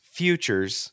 futures